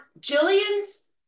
Jillian's